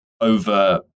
over